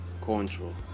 control